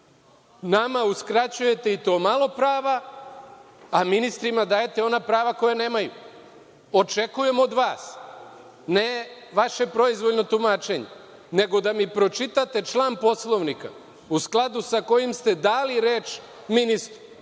Nama uskraćujete i to malo prava, a ministrima dajete ona prava koja nemaju. Očekujem od vas, ne vaše proizvoljno tumačenje, nego da mi pročitate član Poslovnika u skladu sa kojim ste dali reč ministru,